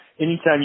Anytime